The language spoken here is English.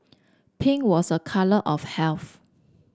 pink was a colour of health